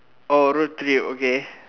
oh road trip okay